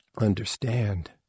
understand